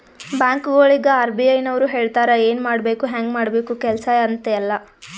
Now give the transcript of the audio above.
ಬ್ಯಾಂಕ್ಗೊಳಿಗ್ ಆರ್.ಬಿ.ಐ ನವ್ರು ಹೇಳ್ತಾರ ಎನ್ ಮಾಡ್ಬೇಕು ಹ್ಯಾಂಗ್ ಮಾಡ್ಬೇಕು ಕೆಲ್ಸಾ ಅಂತ್ ಎಲ್ಲಾ